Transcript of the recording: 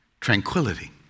tranquility